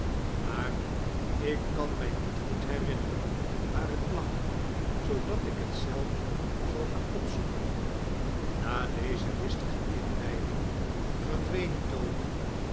maar ik kau mij niet goed hea-inneren waar het lag zoodat ik het zelf zal gaan opzoeken na deze listige inleiding verdween toby